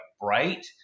bright